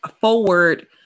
forward